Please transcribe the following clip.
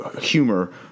humor